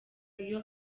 iyo